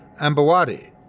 Ambawadi